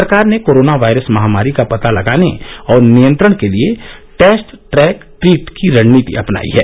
सरकार ने corona virus महामारी का पता लगाने और नियंत्रण के लिए टैस्ट ट्रैक ट्रीट की रणनीति अपनाई है